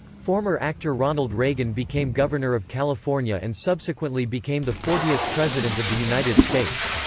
former actor ronald reagan became governor of california and subsequently became the fortieth president of the united states.